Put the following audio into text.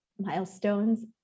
milestones